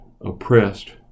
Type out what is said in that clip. oppressed